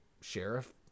sheriff